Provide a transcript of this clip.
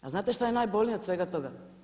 A znate što je najbolnije od svega toga?